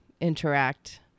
interact